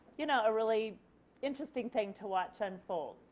you know a really interesting thing to watch unfold.